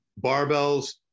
barbells